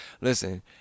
Listen